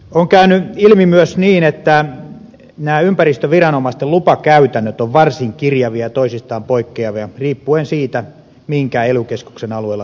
on käynyt myös ilmi että nämä ympäristöviranomaisten lupakäytännöt ovat varsin kirjavia ja toisistaan poikkeavia riippuen siitä minkä ely keskuksen alueella toimitaan